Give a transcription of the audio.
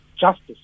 justice